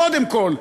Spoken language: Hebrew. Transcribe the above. קודם כול,